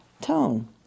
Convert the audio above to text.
tone